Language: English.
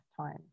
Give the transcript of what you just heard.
time